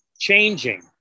changing